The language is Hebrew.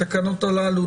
התקנות הללו,